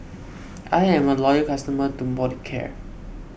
I'm a loyal customer of Molicare